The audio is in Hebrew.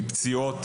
מפציעות,